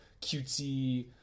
cutesy